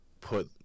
put